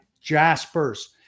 Jaspers